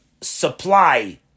supply